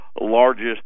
largest